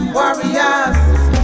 warriors